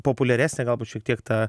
populiaresnė galbūt šiek tiek ta